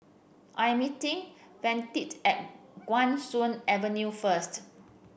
I am meeting Vashti at Guan Soon Avenue first